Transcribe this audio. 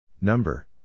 Number